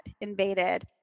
invaded